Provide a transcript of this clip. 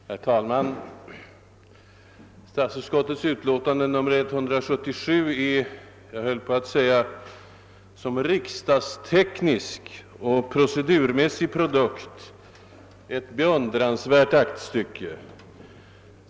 :Herr talman! Statsutskottets utlåtande nr 177 är, höll jag på att säga, som riksdagsteknisk och procedurmässig produkt :ett beundransvärt aktstycke.